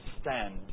stand